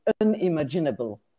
unimaginable